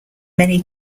many